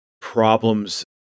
problems